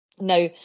Now